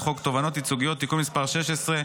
חוק תובענות ייצוגיות (תיקון מס' 16),